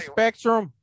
Spectrum